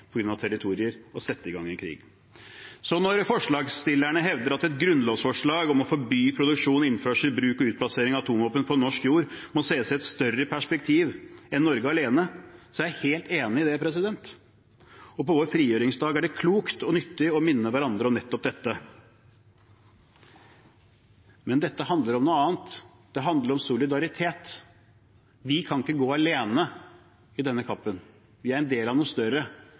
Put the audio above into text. territorier, til å sette i gang en krig. Så når forslagsstillerne hevder at et grunnlovsforslag om å forby produksjon, innførsel, bruk og utplassering av atomvåpen på norsk jord må sees i et større perspektiv enn Norge alene, er jeg helt enig. Og på vår frigjøringsdag er det klokt og nyttig å minne hverandre om nettopp det. Men dette handler om noe annet. Det handler om solidaritet. Vi kan ikke gå alene i denne kampen. Vi er en del av noe større.